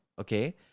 okay